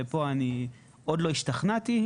ופה עוד לא השתכנעתי.